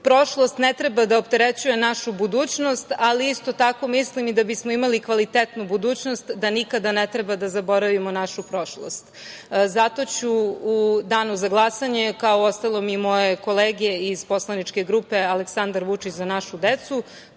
prošlost ne treba da opterećuje našu budućnost, ali isto tako mislim i da bismo imali kvalitetnu budućnost da nikada ne treba da zaboravimo našu prošlost. Zato ću u danu za glasanje, kao uostalom i moje kolege iz poslaničke grupe Aleksandar Vučić – Za našu decu,